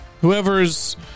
Whoever's